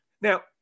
Now